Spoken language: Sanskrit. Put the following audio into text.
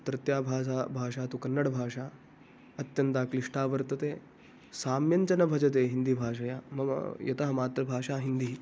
अत्रत्या भाषा भाषा तु कन्नडभाषा अत्यन्ता क्लिष्टा वर्तते साम्यञ्च न भजते हिन्दीभाषया मम यतः मातृभाषा हिन्दिः